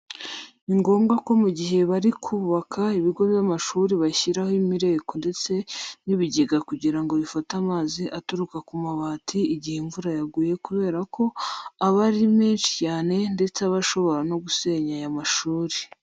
Ni ngombwa ko mu gihe bari kubaka ibigo by'amashuri bashyiraho imireko ndetse n'ibigega kugira ngo bifate amazi aturuka ku mabati igihe imvura yaguye kubera ko aba ari menshi cyane ndetse aba ashobora no gusenya ayo mashuri.